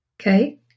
okay